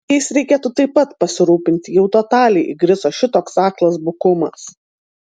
jais reikėtų taip pat pasirūpinti jau totaliai įgriso šitoks aklas bukumas